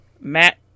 Matt